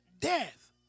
death